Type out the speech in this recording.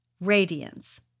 radiance